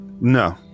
No